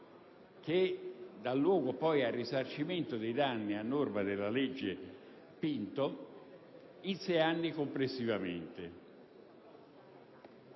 che dà luogo al risarcimento dei danni a norma della legge Pinto, complessivamente